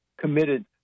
committed